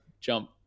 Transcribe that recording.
jump